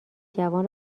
جوان